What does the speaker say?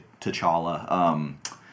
T'Challa